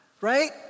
right